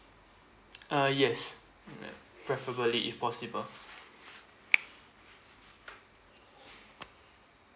uh yes ya preferably if possible